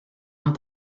amb